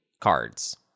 cards